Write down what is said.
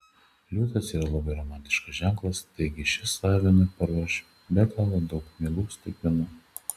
liūtas yra labai romantiškas ženklas taigi šis avinui paruoš be galo daug mielų staigmenų